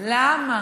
למה?